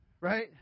Right